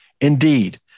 Indeed